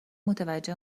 متوجه